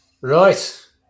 Right